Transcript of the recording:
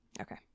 Okay